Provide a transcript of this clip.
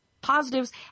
positives